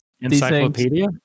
Encyclopedia